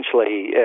essentially